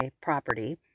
property